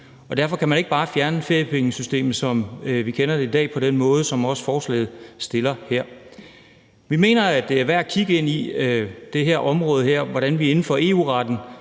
derfor kan man ikke bare fjerne feriepengesystemet, som vi kender det i dag, på den måde, som også forslaget fremstiller det her. Vi mener, at det er værd at kigge ind i det område og se på, hvordan vi inden for EU-retten